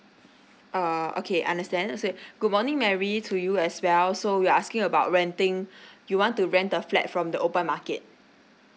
uh okay understand also good morning marry to you as well so you are asking about renting you want to rent the flat from the open market